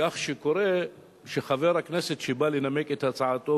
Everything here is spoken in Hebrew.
כך שקורה שחבר הכנסת שבא לנמק את הצעתו